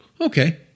Okay